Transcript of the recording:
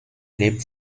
lebt